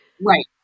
Right